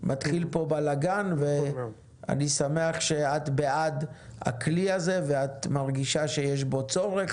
מתחיל פה בלגן ואני שמח שאת בעד הכלי הזה ואת מרגישה שיש בו צורך.